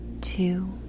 Two